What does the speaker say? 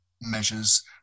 measures